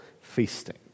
feasting